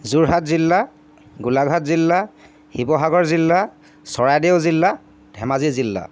যোৰহাট জিলা গোলাঘাট জিলা শিৱসাগৰ জিলা চৰাইদেউ জিলা ধেমাজী জিলা